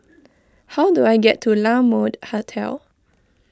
how do I get to La Mode Hotel